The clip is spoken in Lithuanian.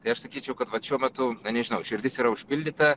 tai aš sakyčiau kad vat šiuo metu na nežinau širdis yra užpildyta